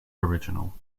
original